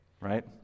right